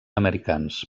americans